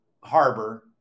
harbor